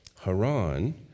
Haran